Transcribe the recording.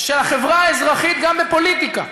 של החברה האזרחית גם בפוליטיקה.